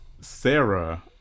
Sarah